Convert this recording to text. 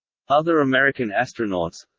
other american astronauts